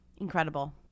Incredible